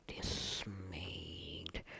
dismayed